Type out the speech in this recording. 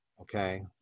okay